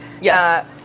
Yes